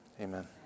Amen